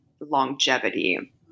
longevity